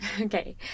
Okay